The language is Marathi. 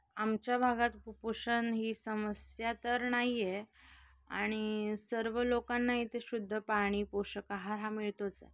आमच्या भागात कुपोषण ही समस्या तर नाही आहे आणि सर्व लोकांना इथे शुद्ध पाणी पोषक आहार हा मिळतोच आहे